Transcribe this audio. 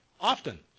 often